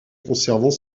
conservant